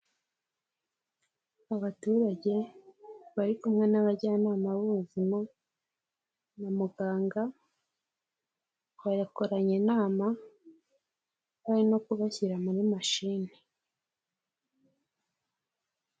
Abaturage bari kumwe n'abajyanama b'ubuzima na muganga bakakoranye inama bari no kubashyira muri mashini.